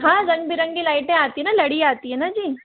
हाँ रंग बिरंगी लाइटें आती है ना लड़ी आती है ना जी